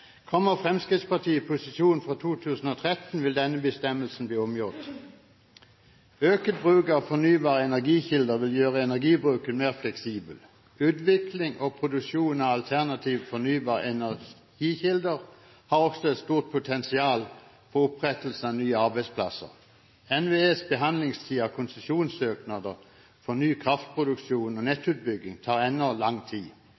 Kommer Fremskrittspartiet i posisjon fra 2013, vil denne bestemmelsen bli omgjort. Økt bruk av fornybare energikilder vil gjøre energibruken mer fleksibel. Utvikling og produksjon av alternative fornybare energikilder har også et stort potensial for opprettelsen av nye arbeidsplasser. NVEs behandlingstid av konsesjonssøknader for ny kraftproduksjon og nettutbygging tar ennå lang tid.